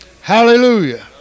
Hallelujah